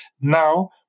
now